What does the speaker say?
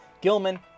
Gilman